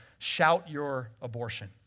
#ShoutYourAbortion